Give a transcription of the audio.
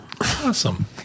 Awesome